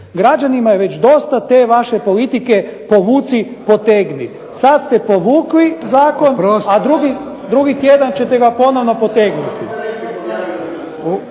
Građanima je već dosta te vaše politike povuci-potegni. Sad ste povukli zakon, a drugi tjedan ćete ga ponovno potegnuti.